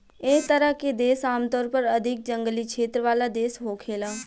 एह तरह के देश आमतौर पर अधिक जंगली क्षेत्र वाला देश होखेला